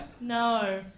No